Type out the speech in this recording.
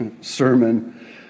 sermon